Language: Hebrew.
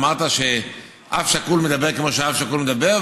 אמרת שאב שכול מדבר כמו שאב שכול מדבר,